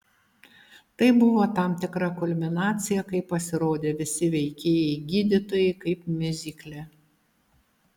tai buvo tam tikra kulminacija kai pasirodė visi veikėjai gydytojai kaip miuzikle